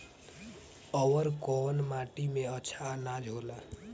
अवर कौन माटी मे अच्छा आनाज होला?